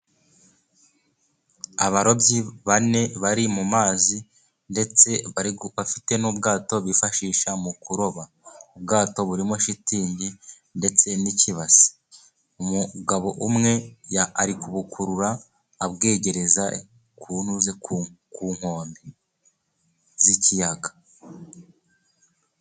Abarobyi bane bari mu mazi ndetse bafite n'ubwato bifashisha mu kuroba. Ubwato burimo shitingi ndetse n'ikibasi, umugabo umwe arikubukurura abwegereza ku nkombe z'ikiyaga.